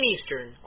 Eastern